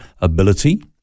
ability